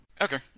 Okay